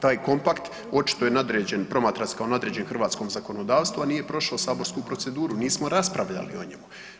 Taj kompakt očito je nadređen, promatra se kao nadređen hrvatskom zakonodavstvu, a nije prošao saborsku proceduru, nismo raspravljali o njemu.